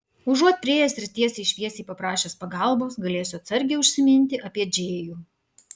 užuot priėjęs ir tiesiai šviesiai paprašęs pagalbos galėsiu atsargiai užsiminti apie džėjų